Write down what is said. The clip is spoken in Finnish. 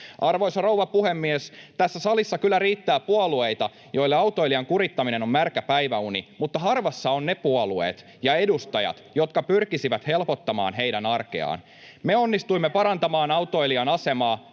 Arvoisa rouva puhemies! Tässä salissa kyllä riittää puolueita, joille autoilijan kurittaminen on märkä päiväuni, mutta harvassa ovat ne puolueet ja edustajat, jotka pyrkisivät helpottamaan heidän arkeaan. Me onnistuimme parantamaan autoilijan asemaa.